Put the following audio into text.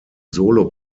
solo